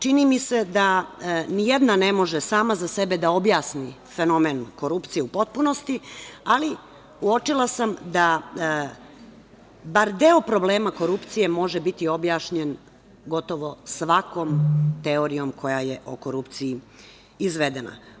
Čini mi se da ni jedna ne može sama za sebe da objasni fenomen korupcije u potpunosti, ali uočila sam da bar deo problema korupcije može biti objašnjen gotovo svakom teorijom koja je o korupciji izvedena.